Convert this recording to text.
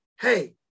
hey